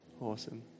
Awesome